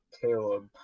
Caleb